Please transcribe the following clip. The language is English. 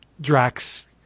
Drax